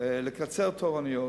לקצר תורנויות,